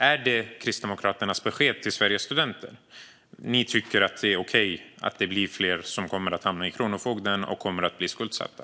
Är det Kristdemokraternas besked till Sveriges studenter att det är okej att fler kommer att bli skuldsatta och hamna hos kronofogden?